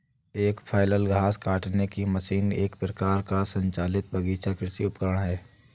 एक फ्लैल घास काटने की मशीन एक प्रकार का संचालित बगीचा कृषि उपकरण है